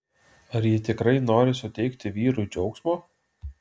ar ji tikrai nori suteikti vyrui džiaugsmo